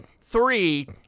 three